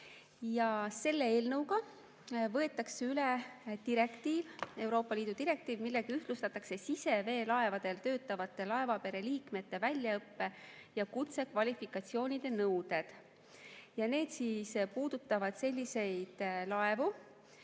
Selle eelnõuga võetakse üle Euroopa Liidu direktiiv, millega ühtlustatakse siseveelaevadel töötavate laevapere liikmete väljaõppe ja kutsekvalifikatsiooni nõuded. Ühesõnaga, Eestit see